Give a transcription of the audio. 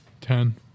Ten